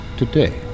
today